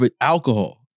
Alcohol